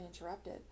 interrupted